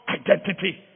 identity